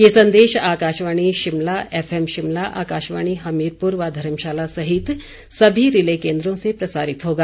ये संदेश आकाशवाणी शिमला एफएम शिमला आकाशवाणी हमीरपुर व धर्मशाला सहित सभी रिले केंद्रों से प्रसारित होगा